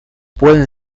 pueden